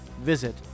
Visit